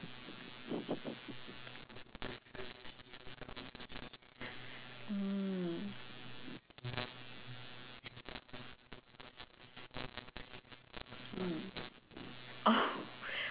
mm mm oh